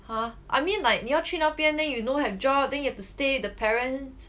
!huh! I mean like 你要去那边 then you don't have job then you have to stay with the parents